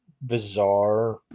bizarre